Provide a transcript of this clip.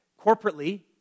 corporately